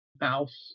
mouse